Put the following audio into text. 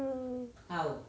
mm